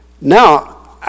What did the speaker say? Now